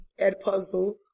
Edpuzzle